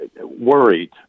worried